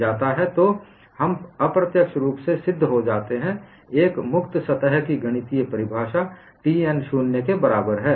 तो हम अप्रत्यक्ष रूप से सिद्ध हो जाते हैं एक मुक्त सतह की गणितीय परिभाषा T n 0 के बराबर है